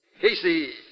Casey